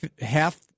half